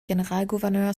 generalgouverneur